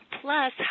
Plus